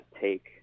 take